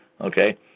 Okay